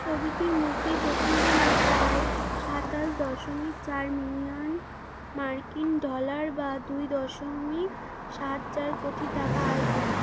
ছবিটির মুক্তি প্রথম দিনই প্রায় সাতাশ দশমিক চার মিলিয়ন মার্কিন ডলার বা দুই দশমিক সাত চার কোটি টাকা আয় করে